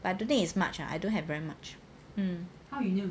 but don't think is much lah I don't have very much um